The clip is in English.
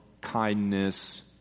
kindness